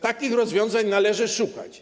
Takich rozwiązań należy szukać.